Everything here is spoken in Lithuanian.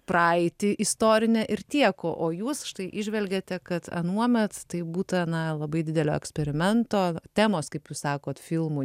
praeitį istorinę ir tiek o o jūs štai įžvelgiate kad anuomet tai būta na labai didelio eksperimento temos kaip jūs sakot filmų